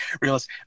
realize